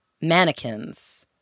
mannequins